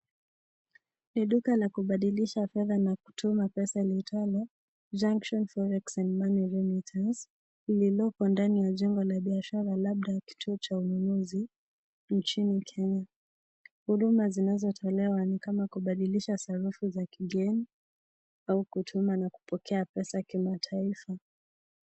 Ni duka la kubadilisha fedha na kutuma pesa liitwalo Junction Forex and Money Limiters lililoko ndani ya jengo la biashara labda kituo cha ununuzi nchini Kenya . Huduma zinazotolewa ni kama kubadilisha sarafu za kigeni au kutuma na kupokea pesa kimataifa.